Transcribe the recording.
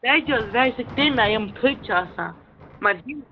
veg حظ ویٚج چھِ تٔمۍ آیہِ یِم تھٔدۍ چھِ آسان